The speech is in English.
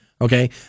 Okay